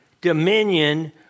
dominion